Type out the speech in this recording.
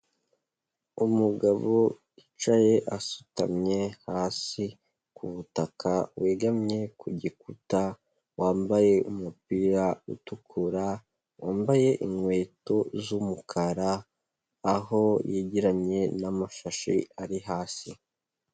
Umugabo wicaye asutamye hasi ku butaka, wegamye ku gikuta, wambaye umupira utukura, wambaye inkweto z'umukara, aho yegeranye n'amashashi ari hasi.